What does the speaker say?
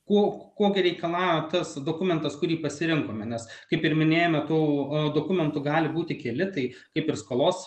kuo kuo gi reikalauja tas dokumentas kurį pasirinkome nes kaip ir minėjome tų dokumentų gali būti keli tai kaip ir skolos